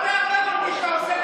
אל תערבב אותי שאתה עושה נגד המשטרה.